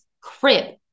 Crib